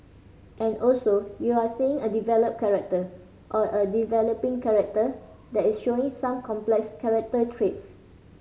and also you're seeing a developed character or a developing character that is showing some complex character traits